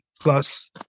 plus